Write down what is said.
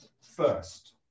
first